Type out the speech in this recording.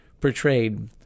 portrayed